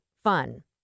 fun